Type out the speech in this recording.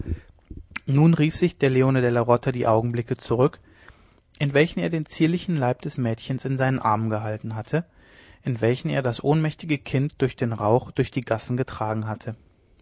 nun rief sich leone della rota die augenblicke zurück in welchen er den zierlichen leib des mädchens in seinen armen gehalten hatte in welchen er das ohnmächtige kind durch den rauch durch die gassen getragen hatte